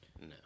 No